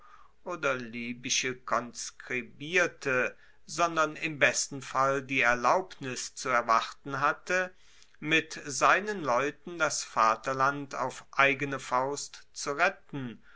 oder libysche konskribierte sondern im besten fall die erlaubnis zu erwarten hatte mit seinen leuten das vaterland auf eigene faust zu retten